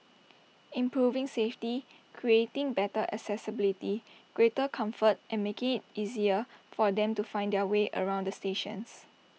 improving safety creating better accessibility greater comfort and making IT easier for them to find their way around the stations